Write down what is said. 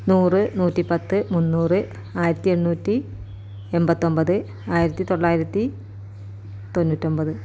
നൂറ് നൂറ്റി പത്ത് മുന്നൂറ് ആയിരത്തി എണ്ണൂറ്റി എൺപത്തൊമ്പത് ആയിരത്തി തൊള്ളായിരത്തി തൊണ്ണൂറ്റൊമ്പത്